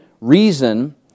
reason